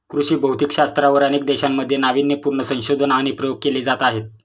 कृषी भौतिकशास्त्रावर अनेक देशांमध्ये नावीन्यपूर्ण संशोधन आणि प्रयोग केले जात आहेत